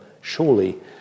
surely